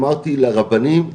אמרתי לרבנים,